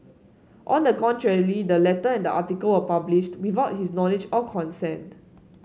on the contrary the letter and article were publish without his knowledge or consent